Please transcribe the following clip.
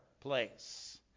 place